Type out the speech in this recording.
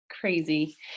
Crazy